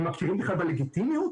הם מכירים בכלל בלגיטימיות.